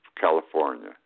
California